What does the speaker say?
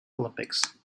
olympics